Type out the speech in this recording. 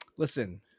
Listen